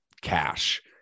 cash